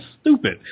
stupid